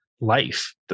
life